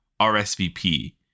RSVP